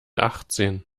achtzehn